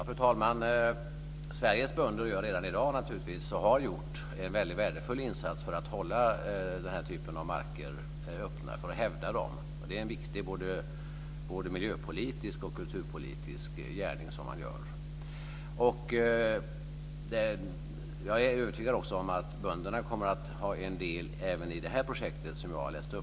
Fru talman! Sveriges bönder gör redan i dag, och har gjort, en väldigt värdefull insats för att hålla den här typen av marker öppna, för att hävda dem. Det är en viktig både miljöpolitisk och kulturpolitisk gärning som de gör. Jag är också övertygad om att bönderna kommer att ha en del även i det här projektet.